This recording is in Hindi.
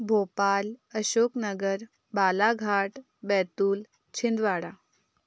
भोपाल अशोक नगर बालाघाट बैतूल छिंदवाड़ा